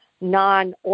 non